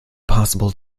possible